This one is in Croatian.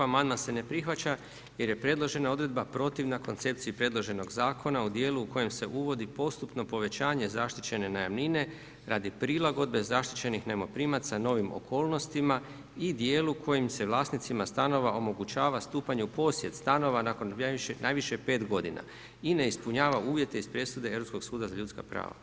Amandman se ne prihvaća, jer je predložena odredba protivna koncepciji predloženog zakona u dijelu u kojem se uvodi postupno povećanje zaštićene najamnine, radi prilagodbe zaštićenih najmoprimaca, novim okolnostima i dijelu kojim se vlasnicima stanova omogućava stupanje u posjed stanova nakon najviše 5 g. I ne ispunjava uvijete iz presude Europskog suda za ljudska prava.